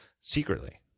secretly